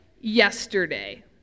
yesterday